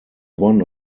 one